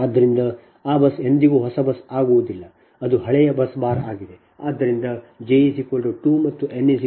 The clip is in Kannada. ಆದ್ದರಿಂದ ಆ ಬಸ್ ಎಂದಿಗೂ ಹೊಸ ಬಸ್ ಆಗುವುದಿಲ್ಲ ಅದು ಹಳೆಯ ಬಸ್ ಬಾರ್ ಆಗಿದೆ